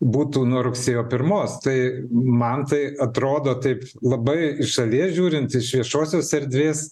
būtų nuo rugsėjo pirmos tai man tai atrodo taip labai iš šalies žiūrint iš viešosios erdvės